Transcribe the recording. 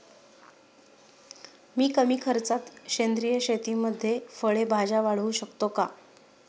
मी कमी खर्चात सेंद्रिय शेतीमध्ये फळे भाज्या वाढवू शकतो का?